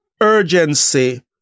urgency